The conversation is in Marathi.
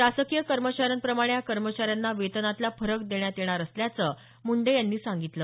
शासकीय कर्मचाऱ्यांप्रमाणे या कर्मचाऱ्यांना वेतनातला फरक देण्यात येणार असल्याचं मुंडे यांनी सांगितलं